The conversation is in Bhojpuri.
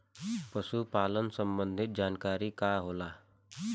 पशु पालन संबंधी जानकारी का होला?